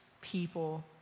people